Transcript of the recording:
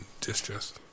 distress